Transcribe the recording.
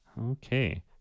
okay